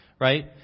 right